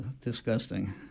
disgusting